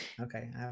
Okay